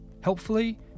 Helpfully